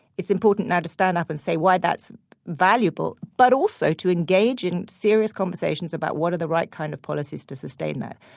it's important now to stand up and say why that's valuable, but also to engage in serious conversations about what are the right kind of policies to sustain that.